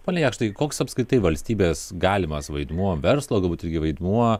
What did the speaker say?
pone jakštai koks apskritai valstybės galimas vaidmuo verslo galbūt irgi vaidmuo